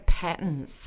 patterns